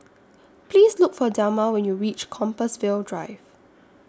Please Look For Delma when YOU REACH Compassvale Drive